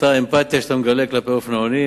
אותה אמפתיה שאתה מגלה כלפי אופנוענים